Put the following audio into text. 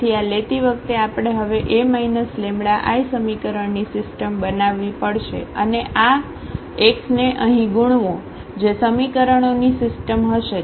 તેથી આ લેતી વખતે આપણે હવે A λI સમીકરણની સિસ્ટમ બનાવવી પડશે અને આ x ને અહીં ગુણવો તે સમીકરણોની સિસ્ટમ હશે